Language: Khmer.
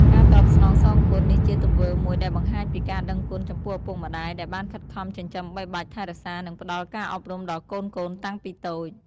ការតបស្នងសងគុណ នេះជាទង្វើមួយដែលបង្ហាញពីការដឹងគុណចំពោះឪពុកម្ដាយដែលបានខិតខំចិញ្ចឹមបីបាច់ថែរក្សា និងផ្ដល់ការអប់រំដល់កូនៗតាំងពីតូច។